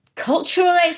Cultural